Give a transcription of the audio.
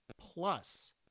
plus